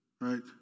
Right